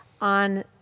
on